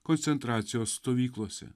koncentracijos stovyklose